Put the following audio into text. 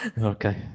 Okay